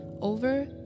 over